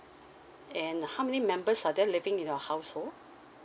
and how many members are there living in your household